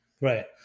Right